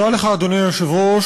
אדוני היושב-ראש,